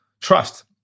trust